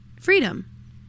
Freedom